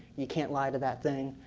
you can't lie to that thing.